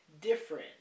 Different